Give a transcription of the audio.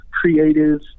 creative